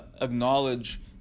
acknowledge